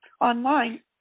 online